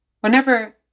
Whenever